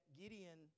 Gideon